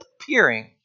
appearing